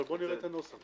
אבל בואו נראה את הנוסח.